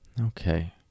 Okay